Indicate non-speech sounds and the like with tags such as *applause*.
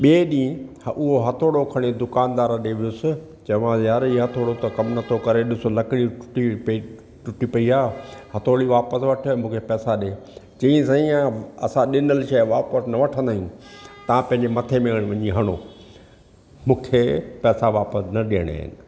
ॿिए ॾींहं उहा हथोड़ो खणी दुकानदार ॾे वियुसि चयोमांसि यारु इहो हथोड़ो त कमु नथो करे ॾिस लकड़ी टुटी पई टुटी पई आहे हथोड़ी वापसि वठि मूंखे पैसा ॾे चईं साईं असां ॾिनलु शइ वापसि न वठंदा आहियूं तव्हां पंहिंजे मथे में *unintelligible* हणो मूंखे पैसा वापसि न ॾियणा आहिनि